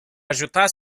ajuta